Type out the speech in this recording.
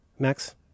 Max